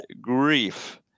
grief